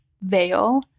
veil